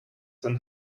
than